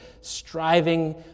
striving